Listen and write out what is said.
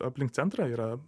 aplink centrą yra